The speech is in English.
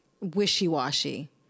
wishy-washy